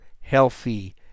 healthy